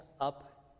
up